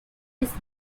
his